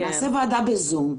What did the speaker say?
נעשה ועדה בזום.